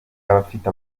afite